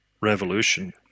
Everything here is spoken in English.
revolution